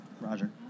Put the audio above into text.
Roger